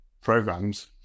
programs